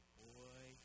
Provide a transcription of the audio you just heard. boy